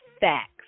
facts